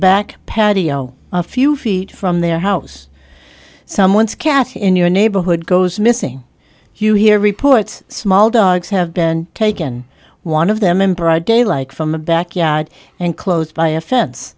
back patio a few feet from their house someone's cat in your neighborhood goes missing you hear reports small dogs have been taken one of them in broad daylight from a backyard and close by a fen